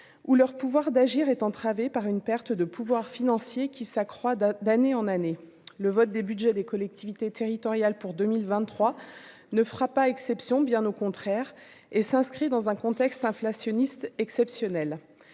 ou leur pouvoir d'agir est entravée par une perte de pouvoir financier qui s'accroît d'année en année le vote des Budgets des collectivités territoriales pour 2023 ne fera pas exception, bien au contraire et s'inscrit dans un contexte inflationniste exceptionnel